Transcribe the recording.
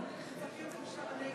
צרפי אותי,